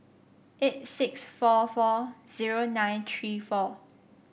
eight six four four zero nine three four